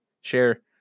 share